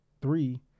three